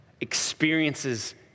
experiences